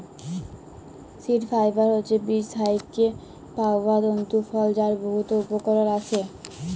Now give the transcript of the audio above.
seed fibre হছে বীজ থ্যাইকে পাউয়া তল্তু ফল যার বহুত উপকরল আসে